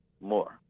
more